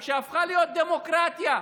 וכשהפכה להיות דמוקרטיה,